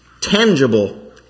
tangible